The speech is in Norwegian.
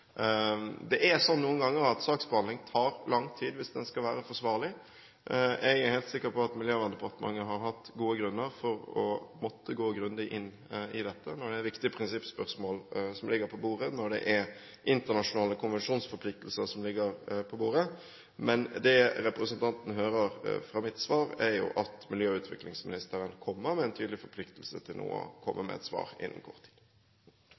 Det er sånn noen ganger at saksbehandling tar lang tid hvis den skal være forsvarlig. Jeg er helt sikker på at Miljøverndepartementet har hatt gode grunner for å måtte gå grundig inn i dette når det er viktige prinsippspørsmål som ligger på bordet, og når det er internasjonale konvensjonsforpliktelser som ligger på bordet, men det representanten får som svar, er at miljø- og utviklingsministeren har en tydelig forpliktelse til å komme med et svar innen kort tid.